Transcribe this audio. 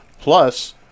plus